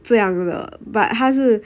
这样的 but 他是